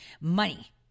money